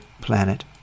planet